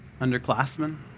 Underclassmen